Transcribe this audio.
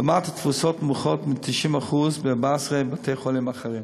לעומת תפוסות נמוכות מ-90% ב-14 בתי-חולים אחרים.